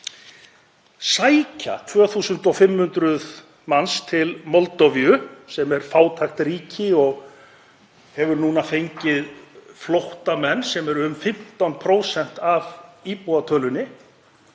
sækja 2.500 manns til Moldóvu sem er fátækt ríki og hefur núna fengið flóttamenn sem eru um 15% af íbúatölunni.